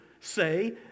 say